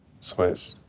Switch